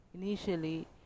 initially